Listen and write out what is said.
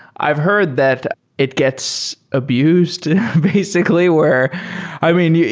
i've heard that it gets abused basically where i mean, yeah